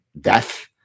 death